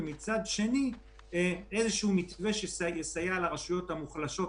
ומצד שני איזשהו מתווה שיסייע לרשויות המוחלשות,